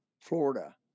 Florida